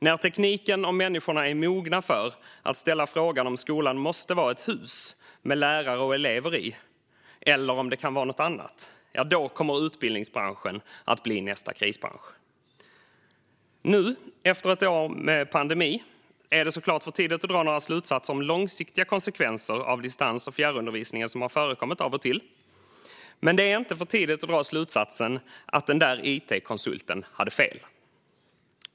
När tekniken och människorna är mogna för att ställa frågan om skolan måste vara ett hus med lärare och elever i, eller om det kan vara något annat, kommer utbildningsbranschen att bli nästa krisbransch, menade han. Nu, efter ett år med pandemin, är det såklart för tidigt att dra några slutsatser om långsiktiga konsekvenser av den distans och fjärrundervisning som har förekommit av och till. Men det är inte för tidigt att dra slutsatsen att den där it-konsulten hade fel.